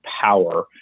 power